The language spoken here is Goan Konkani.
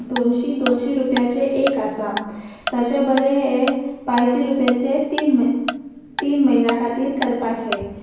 दोनशी दोनशी रुपयाचे एक आसा ताचे बरें हे पांयशी रुपयाचे तीन तीन म्हयन्या खातीर करपाचे